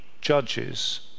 judges